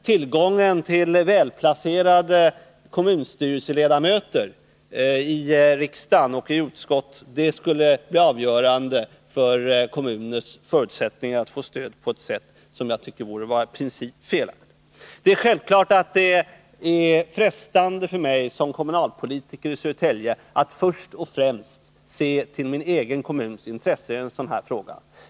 Tillgången på välplacerade kommunstyrelseledamöter i riksdagen och i utskotten skulle bli avgörande för kommuners förutsättningar att få stöd på ett sätt som jag tycker borde betraktas som i princip felaktigt. Det är självfallet frestande för mig som kommunalpolitiker i Södertälje att först och främst se till min egen kommuns intresse i en sådan här fråga.